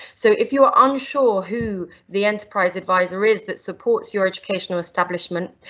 so if you are unsure who the enterprise advisor is that supports your educational establishment,